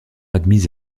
admise